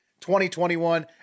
2021